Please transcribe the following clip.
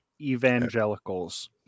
evangelicals